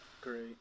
Great